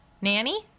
Nanny